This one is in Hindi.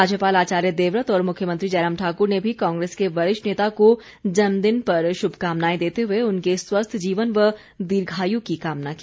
राज्यपाल आचार्य देवव्रत और मुख्यमंत्री जयराम ठाकुर ने भी कांग्रेस के वरिष्ठ नेता को जन्मदिन पर शुभकामनाए देते हुए उनके स्वस्थ जीवन व दीर्घायु की कामना की